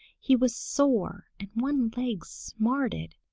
he was sore and one leg smarted,